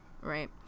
right